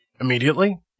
Immediately